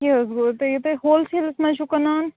کیاہ حظ گوٚوتۄہہِ یہِ تُہۍ حول سیلَس مَنٛزچھُو کٕنان